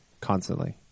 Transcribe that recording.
constantly